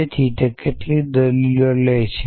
તેથી તે કેટલી દલીલો લે છે